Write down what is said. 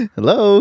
Hello